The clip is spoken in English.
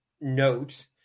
note